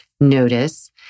notice